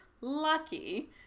lucky